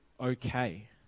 okay